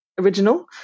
original